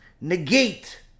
negate